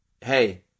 Hey